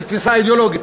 של תפיסה אידיאולוגית.